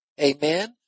Amen